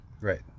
right